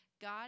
God